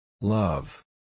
Love